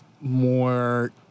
more